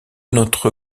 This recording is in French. notre